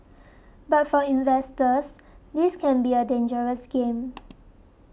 but for investors this can be a dangerous game